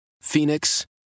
Phoenix